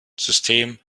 system